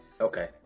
Okay